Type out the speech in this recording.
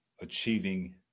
achieving